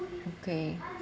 okay